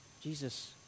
Jesus